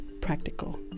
practical